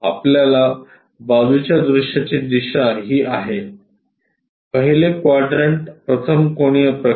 आपल्या बाजूच्या दृश्याची दिशा हि आहे पहिले क्वाड्रंट प्रथम कोनीय प्रक्षेप